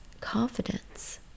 confidence